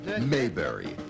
mayberry